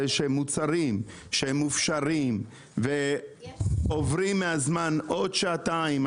זה שמוצרים שהם מופשרים ועוברות עוד שעתיים,